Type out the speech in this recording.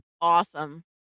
Awesome